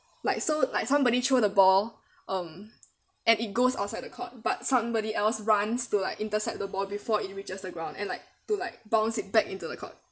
like so like somebody throw the ball um and it goes outside the court but somebody else runs to like intercept the ball before it reaches the ground and like to like bounce it back into the court